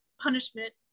punishment